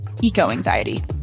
eco-anxiety